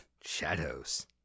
Shadows